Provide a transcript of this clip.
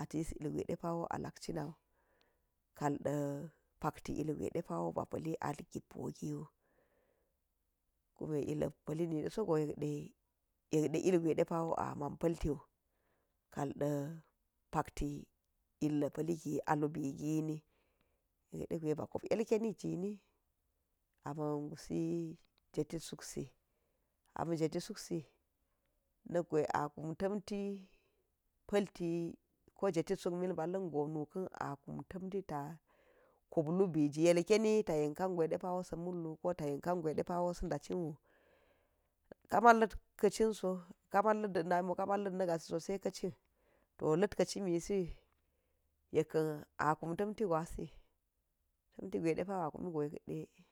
ata̱yis ilgwai ɗepa̱wo a la̱k cina̱u kalɗa̱ pakti ilgwai ɗepa̱w ba̱ pa̱lli a gibogiw, kume illa palli niɗaso go yekɗe, yekɗe ilgwai ɗepa̱wo a ma̱n paltiwu kalda̱ pa̱kti illa̱ pa̱lli gi a lub gini, gwaide gwai ba kp ukeni jinni ama gusi jetit suksi ama̱ jeti suksi nakgwai akum ta mti pa̱lti ko jetid suk milba̱la̱ngo nuka̱n a kum ta̱mti ta̱ kop lubi ji yelkeyi ta̱yen kangwa̱i sa̱ mullu, ko ta̱yen ka̱nwa̱i ɗepa̱wai sa̱da̱cinwu ka̱ma̱n la̱t ka̱ cinso ka̱ma̱n la̱t na̱mi wo ka̱ma̱n la̱st na̱ gasiso saika̱ cin to la̱t ka̱ cinmisi yekkan a kum tamti gwasi, tamti gwai depa a kumi go yekde.